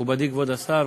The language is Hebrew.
מכובדי כבוד השר,